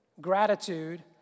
gratitude